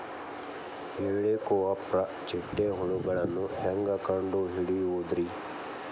ಹೇಳಿಕೋವಪ್ರ ಚಿಟ್ಟೆ ಹುಳುಗಳನ್ನು ಹೆಂಗ್ ಕಂಡು ಹಿಡಿಯುದುರಿ?